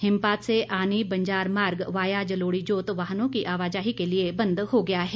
हिमपात से आनी बंजार मार्ग वाया जलोड़ीजोत वाहनों की आवाजाही के लिए बंद हो गया है